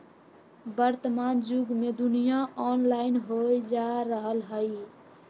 वर्तमान जुग में दुनिया ऑनलाइन होय जा रहल हइ